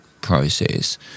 process